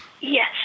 Yes